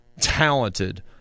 talented